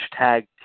hashtag